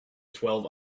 twelve